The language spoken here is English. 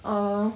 orh